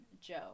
Joe